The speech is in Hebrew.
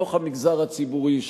מתוך המגזר הציבורי,